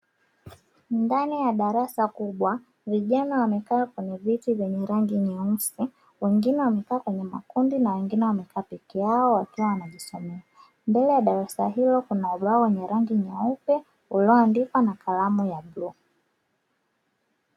Ndani ya darasa kubwa, vijana wamekaa kwenye viti vyenye rangi nyeusi; wengine wamekaa kwenye makundi na wengine wamekaa peke yao, wakiwa wanajisomea. Mbele ya darasa hilo kuna ubao wenye rangi nyeupe, ulioandikwa na kalamu ya bluu.